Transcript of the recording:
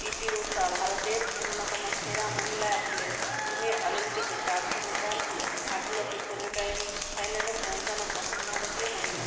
PT Usha ভারতের অন্যতম সেরা মহিলা অ্যাথলিট তিনি অলিম্পিকে চারশো মিটার হারডেলসে সেমি ফাইল ফাইনালে পৌঁচানো পথম ভারতীয় মহিলা